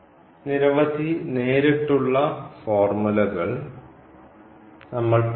നിരവധി നേരിട്ടുള്ള ഫോർമുലകൾ നമ്മൾ പഠിച്ചു